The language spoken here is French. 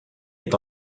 est